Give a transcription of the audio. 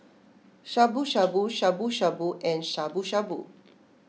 Shabu Shabu Shabu Shabu and Shabu Shabu